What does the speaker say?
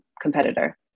competitor